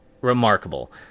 remarkable